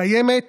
קיימת